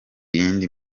yindi